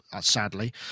sadly